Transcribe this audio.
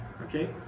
Okay